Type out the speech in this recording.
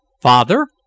Father